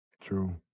True